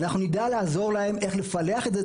ואנחנו נדע לעזור להם איך לפלח את זה.